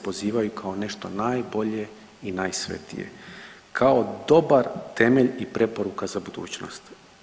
pozivaju kao nešto najbolje i najsvetije kao dobar temelj i preporuka za budućnost.